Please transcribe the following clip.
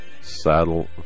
Saddle